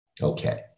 Okay